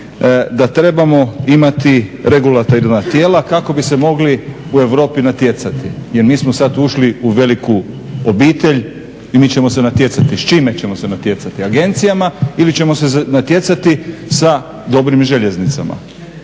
da trebamo imati regulatorna tijela kako bi se mogli u Europi natjecati jer mi smo sad ušli u veliku obitelj i mi ćemo se natjecati. S čime ćemo se natjecati? S agencijama ili ćemo se natjecati sa dobrim željeznicama?